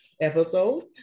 episode